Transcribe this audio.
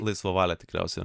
laisvą valią tikriausia